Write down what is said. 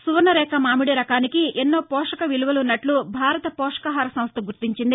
సువర్ణ రేఖ మామిడి రకానికి ఎన్నో పోషక విలువలు ఉన్నట్లు భారత పోషకాహార సంస్థ గుర్తించింది